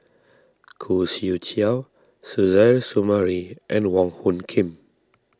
Khoo Swee Chiow Suzairhe Sumari and Wong Hung Khim